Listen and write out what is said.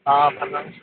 ആ പറ